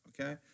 Okay